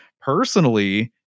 personally